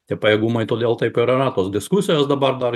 tie pajėgumai todėl taip ir yra tos diskusijos dabar dar